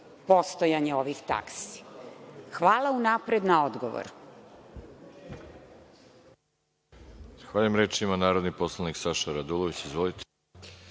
postojanje ovih taksi? Hvala unapred na odgovoru.